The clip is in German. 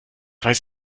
weiß